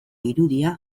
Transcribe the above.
irudia